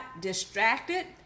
distracted